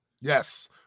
Yes